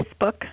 Facebook